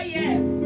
yes